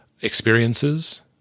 experiences